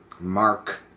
Mark